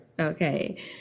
Okay